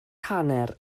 hanner